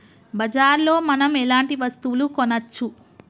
బజార్ లో మనం ఎలాంటి వస్తువులు కొనచ్చు?